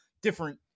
different